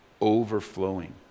Overflowing